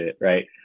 right